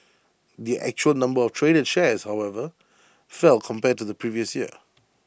the actual number of traded shares however fell compared to the previous year